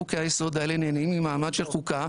חוקי היסוד האלה נהנים ממעמד של חוקה,